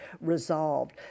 resolved